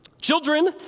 children